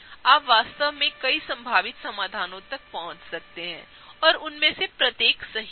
आप वास्तव में कई संभावित समाधानों तक पहुंच सकते हैं और उनमें से प्रत्येक सही होगा